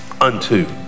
unto